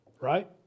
right